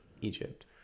Egypt